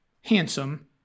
handsome